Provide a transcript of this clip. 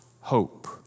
hope